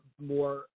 more